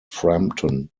frampton